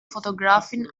fotografin